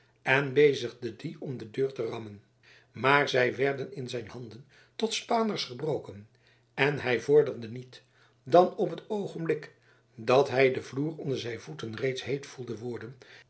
en bezigde die om de deur te rammen maar zij werden in zijn handen tot spaanders gebroken en hij vorderde niet dan op het oogenblik dat hij den vloer onder zijn voeten reeds heet voelde worden